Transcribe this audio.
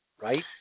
right